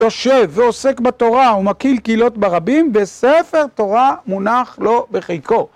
יושב ועוסק בתורה ומקהיל קהילות ברבים, וספר תורה מונח לו בחיקו.